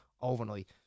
overnight